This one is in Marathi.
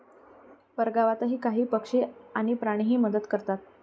परगावात काही पक्षी आणि प्राणीही मदत करतात